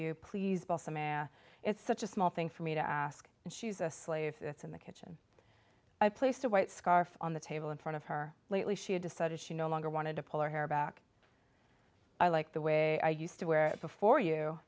balsam it's such a small thing for me to ask and she's a slave that's in the kitchen i placed a white scarf on the table in front of her lately she had decided she no longer wanted to pull her hair back i like the way i used to wear it before you